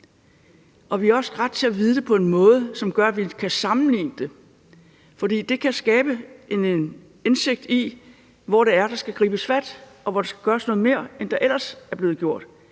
vi har også ret til at vide det på en måde, som gør, at vi kan sammenligne det, for det kan skabe en indsigt i, hvor det er, der skal gribes fat, og hvor der skal gøres noget mere, end der ellers er blevet gjort.